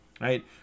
Right